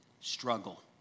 Struggle